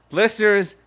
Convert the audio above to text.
listeners